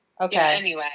Okay